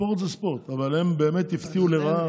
ספורט זה ספורט, אבל הם באמת הפתיעו לרעה.